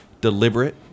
deliberate